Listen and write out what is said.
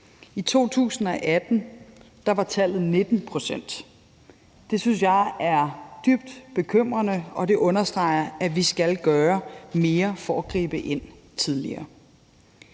I 2018 var tallet 19 pct. Det synes jeg er dybt bekymrende, og det understreger, at vi skal gøre mere for at gribe ind tidligere.